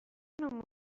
نوع